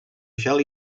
gel